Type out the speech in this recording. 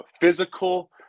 physical